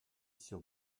sur